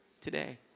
today